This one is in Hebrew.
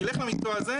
תלך למקצוע הזה,